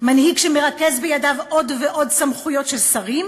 מנהיג שמרכז בידיו עוד ועוד סמכויות של שרים,